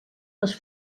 les